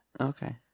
Okay